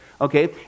okay